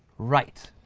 right.